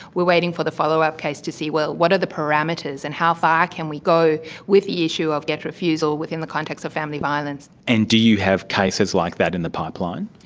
we are waiting for the follow-up case to see what what are the parameters and how far can we go with the issue of gett refusal within the context of family violence. and do you have cases like that in the pipeline?